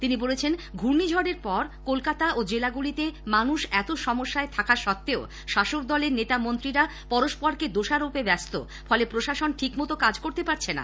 তিনি বলেছেন ঘূর্ণিঝড়ের পর কলকাতা ও জেলাগুলিতে মানুষ এত সমস্যায় থাকা সত্তেও শাসকদলের নেতা মন্ত্রীরা পরস্পরকে দোষারোপে ব্যস্ত ফলে প্রশাসন ঠিকমতো কাজ করতে পারছে না